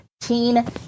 Teen